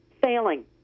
failing